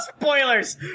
spoilers